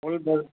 ஒரு